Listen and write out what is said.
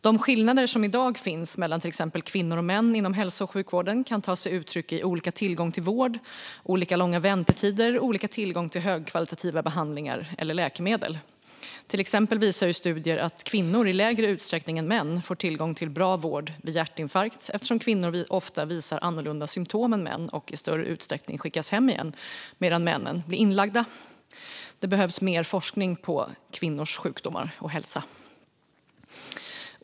De skillnader som i dag finns mellan kvinnor och män inom hälso och sjukvården kan ta sig uttryck i olika tillgång till vård, olika långa väntetider och olika tillgång till högkvalitativa behandlingar eller läkemedel. Exempelvis visar studier att kvinnor i mindre utsträckning än män får tillgång till bra vård vid hjärtinfarkt eftersom kvinnor ofta visar annorlunda symtom än män och i större utsträckning skickas hem igen medan männen blir inlagda. Det behövs mer forskning på kvinnors sjukdomar och hälsa.